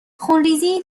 خونریزی